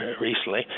recently